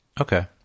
Okay